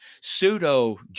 pseudo